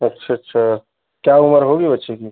अच्छा अच्छा क्या उमर होगी बच्चे की